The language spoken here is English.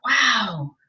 wow